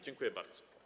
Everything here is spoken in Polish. Dziękuję bardzo.